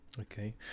Okay